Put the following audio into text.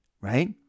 Right